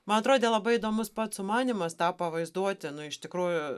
man atrodė labai įdomus pats sumanymas tą pavaizduoti nu iš tikrųjų